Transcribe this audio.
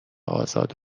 ازاد